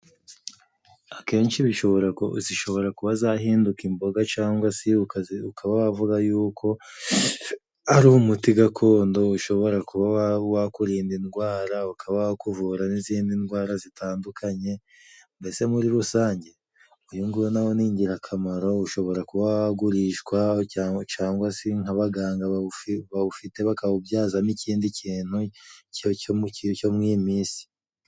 Akenshi zishobora kuba zahinduka imboga cangwa se ukaba wavuga y'uko ari umuti gakondo, ushobora kuba wakurinda indwara, ukaba wakuvura n'izindi ndwara zitandukanye. Mbese muri rusange uyu nguyu nawo ni ingirakamaro, ushobora kuba wagurishwa, cangwa se nk'abaganga bawufite bakawubyazamo ikindi kintu cyo mu iyi minsi.